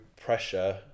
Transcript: pressure